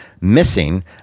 Missing